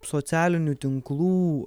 socialinių tinklų